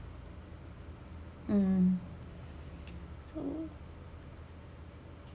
um so